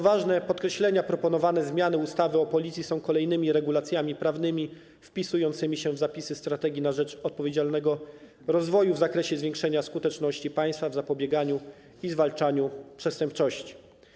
Warto podkreślić, że proponowane zmiany ustawy o Policji są kolejnymi regulacjami prawnymi wpisującymi się w zapisy Strategii na rzecz Odpowiedzialnego Rozwoju w zakresie zwiększenia skuteczności państwa w zapobieganiu i zwalczaniu przestępczości.